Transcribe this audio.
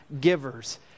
givers